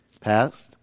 Past